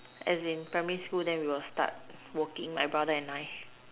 as in primary school then we will start working my brother and I